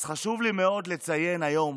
אז חשוב לי מאוד לציין היום